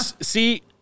See